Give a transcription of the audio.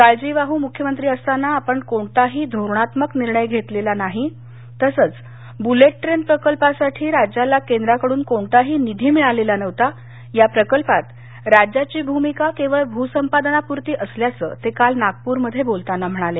काळजीवाहू मुख्यमंत्री असताना आपण कोणताही धोरणात्मक निर्णय घेतला नाही तसंच बुलेट ट्रेन प्रकल्पासाठी राज्याला केंद्राकडुन कोणताही निधी मिळालेला नव्हता या प्रकल्पात राज्याची भूमिका केवळ भूसंपादनापुरती असल्याचं ते काल नागपूरमध्ये बोलताना म्हणाले